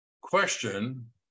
question